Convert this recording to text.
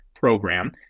program